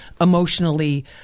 emotionally